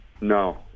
No